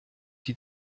die